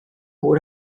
bor